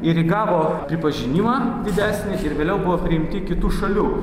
ir įgavo pripažinimą didesnį ir vėliau buvo priimti kitų šalių